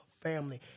family